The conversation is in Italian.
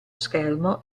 schermo